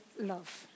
love